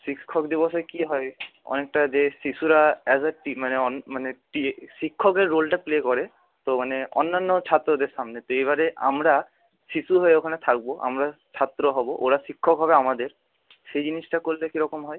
শিক্ষক দিবসে কী হয় অনেকটা যে শিশুরা অ্যাজ আ টি মানে অন মানে টি শিক্ষকের রোলটা প্লে করে তো মানে অন্যান্য ছাত্রদের সামনেতে এবারে আমরা শিশু হয়ে ওখানে থাকব আমরা ছাত্র হব ওরা শিক্ষক হবে আমাদের সেই জিনিসটা করলে কী রকম হয়